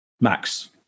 Max